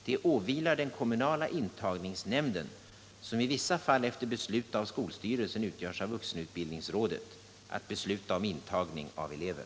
Det åvilar den kommunala intagningsnämnden, som i vissa fall efter beslut av skolstyrelsen utgörs av vuxenutbildningsrådet, att besluta om intagning av elever.